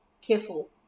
careful